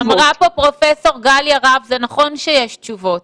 אמרה פה פרופ' גליה רהב זה נכון שיש תשובות.